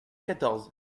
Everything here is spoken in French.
quatorze